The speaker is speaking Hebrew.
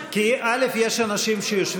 דרעי, אינו נוכח צבי